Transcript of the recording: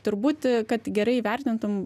turbūt kad gerai įvertintum